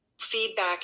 feedback